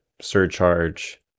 surcharge